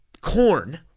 corn